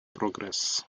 прогресс